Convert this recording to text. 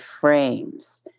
frames